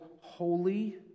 holy